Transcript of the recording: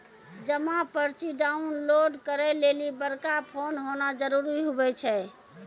जमा पर्ची डाउनलोड करे लेली बड़का फोन होना जरूरी हुवै छै